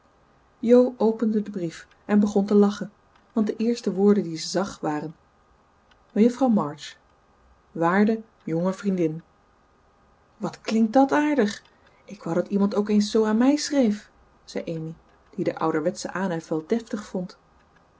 jo opende den brief en begon te lachen want de eerste woorden die ze zag waren mejuffrouw march waarde jonge vriendin wat klinkt dat aardig ik wou dat iemand ook eens zoo aan mij schreef zei amy die den ouderwetschen aanhef wel deftig vond